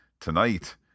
tonight